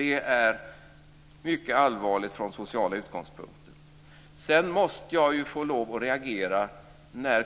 Där kan man tydligt läsa om de här förändringarna, förskjutningarna.